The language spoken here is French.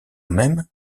même